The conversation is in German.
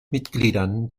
mitgliedern